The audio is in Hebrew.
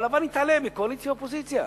אבל למה להתעלם מקואליציה-אופוזיציה?